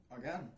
Again